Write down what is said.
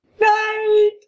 Night